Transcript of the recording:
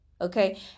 okay